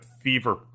fever